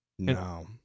No